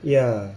ya